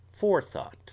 forethought